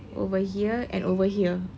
over here and over here